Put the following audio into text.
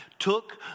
took